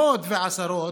מאות ועשרות,